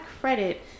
credit